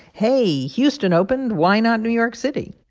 hey, houston opened. why not new york city?